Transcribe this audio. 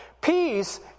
Peace